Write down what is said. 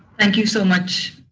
thank you so much,